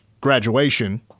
graduation